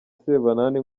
sebanani